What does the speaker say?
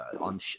on